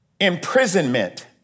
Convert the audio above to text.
imprisonment